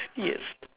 yes